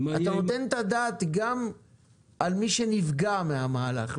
אתה נותן את הדעת גם על מי שנפגע מהמהלך,